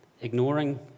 ignoring